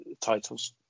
titles